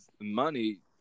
money